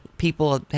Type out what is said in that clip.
People